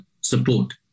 support